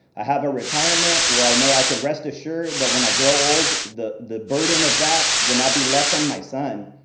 i have a retirement, where i know i can rest assured that when i grow old, the the burden of that will not be left on my son,